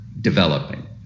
developing